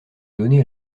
donné